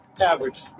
Average